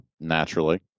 Naturally